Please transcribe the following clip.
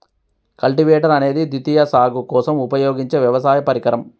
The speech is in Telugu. కల్టివేటర్ అనేది ద్వితీయ సాగు కోసం ఉపయోగించే వ్యవసాయ పరికరం